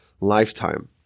lifetime